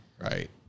Right